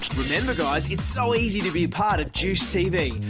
remember guys it's so easy to be apart of juiced tv.